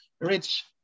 rich